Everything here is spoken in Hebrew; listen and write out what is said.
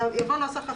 יבוא נוסח אחר.